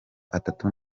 atatu